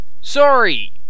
Sorry